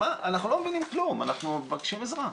אנחנו לא מבינים כלום, אנחנו מבקשים עזרה.